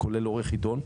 כולל עורך עיתון.